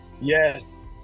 yes